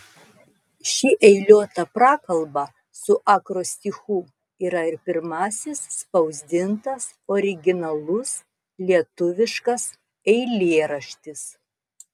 ši eiliuota prakalba su akrostichu yra ir pirmasis spausdintas originalus lietuviškas eilėraštis